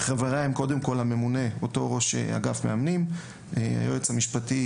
שחבריה הם ראש אגף המאמנים; היועץ המשפטי